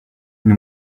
une